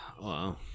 Wow